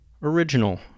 Original